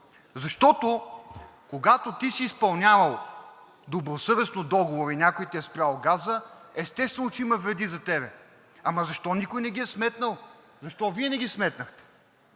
защото, когато ти си изпълнявал добросъвестно договора и някой ти е спрял газа, естествено, че има вреди за теб. Ама защо никой не ги е сметнал?! Защо Вие не ги сметнахте?!